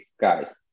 guys